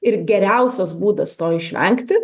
ir geriausias būdas to išvengti